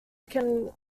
can